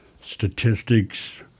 statistics